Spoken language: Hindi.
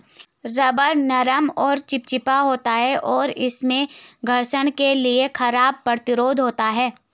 रबर नरम और चिपचिपा होता है, और इसमें घर्षण के लिए खराब प्रतिरोध होता है